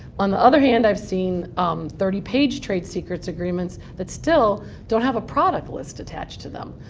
on the other hand, i've seen um thirty page trade secrets agreements that still don't have a product list attached to them.